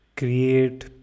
create